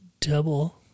double